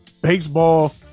Baseball